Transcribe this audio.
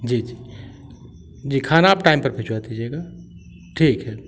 जी जी खाना आप टाइम पर भिजवा दीजिएगा ठीक है